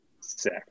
Sick